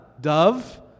dove